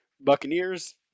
Buccaneers